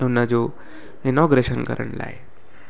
हुनजो इनोग्रेशन करण लाइ